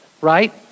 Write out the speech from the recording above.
right